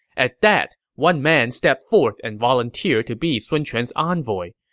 at that, one man stepped forth and volunteered to be sun quan's envoy.